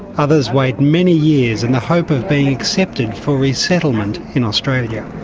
others wait many years in the hope of being accepted for resettlement in australia.